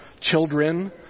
children